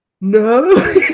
no